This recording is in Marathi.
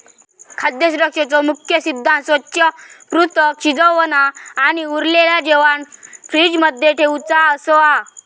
खाद्य सुरक्षेचो मुख्य सिद्धांत स्वच्छ, पृथक, शिजवना आणि उरलेला जेवाण फ्रिज मध्ये ठेउचा असो हा